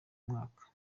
mwaka